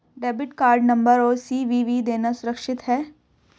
Debit card number और CVV देना सुरक्षित है?